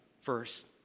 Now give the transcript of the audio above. first